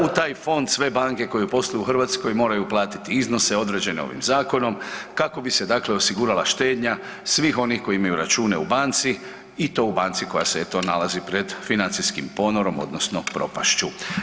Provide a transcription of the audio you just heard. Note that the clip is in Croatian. U taj fond sve banke koje posluju u Hrvatskoj moraju platiti iznose određene ovim zakonom kako bi se dakle osigurala štednja svih onih koji imaju račune u banci i to u banci koja se eto nalazi pred financijskim ponorom odnosno propašću.